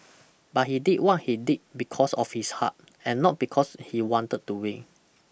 but he did what he did because of his heart and not because he wanted to win